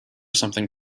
something